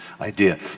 idea